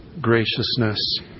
graciousness